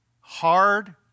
hard